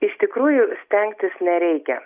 iš tikrųjų stengtis nereikia